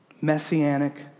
Messianic